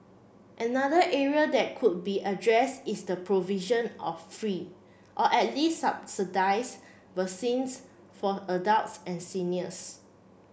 another area that could be address is the provision of free or at least subsidise vaccines for adults and seniors